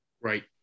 Right